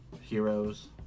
heroes